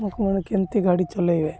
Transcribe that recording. ଲୋକମାନେ କେମିତି ଗାଡ଼ି ଚଲାଇବେ